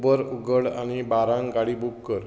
Uber उगड आनी बारांक गाडी बुक कर